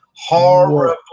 Horrible